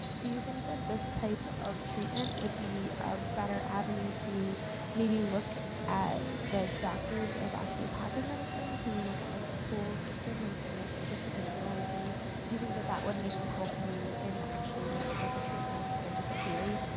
do you think that this type of treatment would be a better avenue to maybe look at the doctors of osteopathic medicine, who look at like the whole system instead of like a traditional um md? do you think that that would maybe help you in actually making this a treatment instead of just a theory?